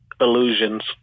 illusions